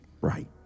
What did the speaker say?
Right